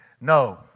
No